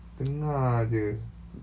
dengar jer